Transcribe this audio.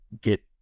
get